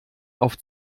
auf